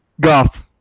Golf